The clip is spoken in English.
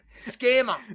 Scammer